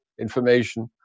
information